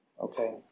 Okay